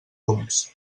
oms